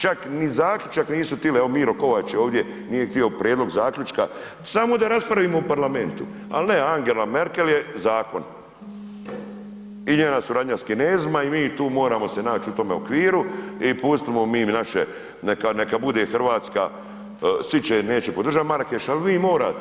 Čak ni zaključak nisu tili, evo Miro Kovač je ovdje, nije htio prijedlog zaključka samo da raspravimo u parlamentu, al ne Angela Merkel je zakon i njena suradnja s Kinezima i mi tu moramo se naći u tome okviru i pustimo mi naše neka bude Hrvatska, svi će je neće podržat Marakeš, al vi morate.